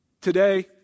Today